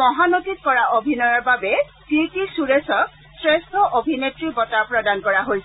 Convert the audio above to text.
মহানতীত কৰা অভিনয়ৰ বাবে কীৰ্তি সুৰেশক শ্ৰেষ্ঠ অভিনেত্ৰীৰ বঁটা প্ৰদান কৰা হৈছে